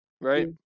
Right